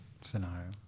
Scenario